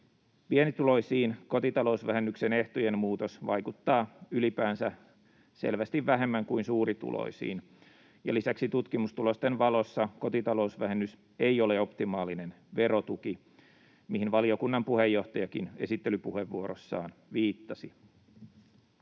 Pienituloisiin kotitalousvähennyksen ehtojen muutos vaikuttaa ylipäänsä selvästi vähemmän kuin suurituloisiin, ja lisäksi tutkimustulosten valossa kotitalousvähennys ei ole optimaalinen verotuki, mihin valiokunnan puheenjohtajakin esittelypuheenvuorossaan viittasi.